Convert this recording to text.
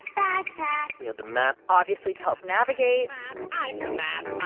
backpack we had the map obviously, to help navigate i'm the map.